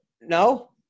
no